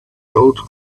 gold